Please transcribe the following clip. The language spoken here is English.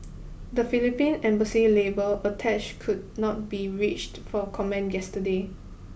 the Philippine Embassy's labour attache could not be reached for comment yesterday